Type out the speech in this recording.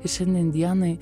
šiandien dienai